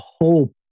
hope